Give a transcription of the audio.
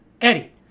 Eddie